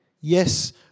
Yes